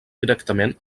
directament